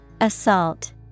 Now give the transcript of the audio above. Assault